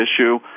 issue